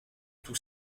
tout